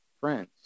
friends